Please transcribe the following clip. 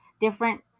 Different